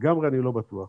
לגמרי אני לא בטוח.